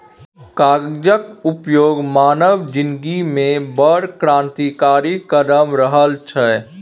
कागजक उपयोग मानव जिनगीमे बड़ क्रान्तिकारी कदम रहल छै